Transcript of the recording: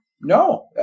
No